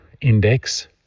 index